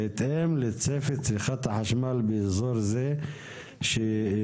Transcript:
בהתאם לצפי צריכת החשמל באזור זה שבה